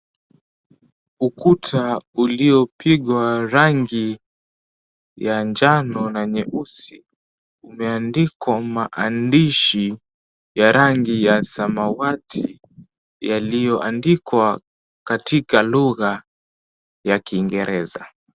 Ukuta uliopigwa rangi ya njano na nyeusi, umeandikwa maandishi ya rangi ya samawati yaliyoandikwa katika lugha ya Kiingereza.